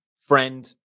friend